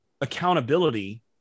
accountability